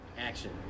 action